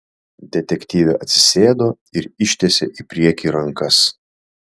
detektyvė atsisėdo ir ištiesė į priekį rankas